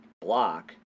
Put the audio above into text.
block